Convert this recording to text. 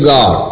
God